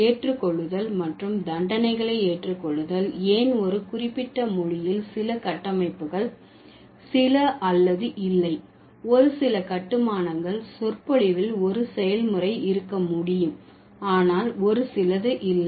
ஏற்றுக்கொள்ளுதல் மற்றும் தண்டனைகளை ஏற்றுக்கொள்ளுதல் ஏன் ஒரு குறிப்பிட்ட மொழியில் சில கட்டமைப்புகள் சில அல்லது இல்லை ஒரு சில கட்டுமானங்கள் சொற்பொழிவில் ஒரு செயல்முறை இருக்க முடியும் ஆனால் ஒரு சில இல்லை